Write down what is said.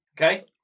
Okay